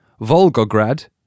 Volgograd